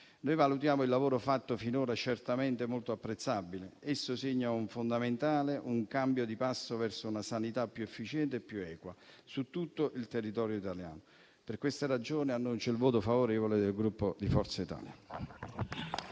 Valutiamo il lavoro fatto finora certamente molto apprezzabile, in quanto segna un fondamentale cambio di passo verso una sanità più efficiente e più equa su tutto il territorio italiano. Per queste ragioni, annuncio il voto favorevole del Gruppo Forza Italia.